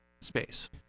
space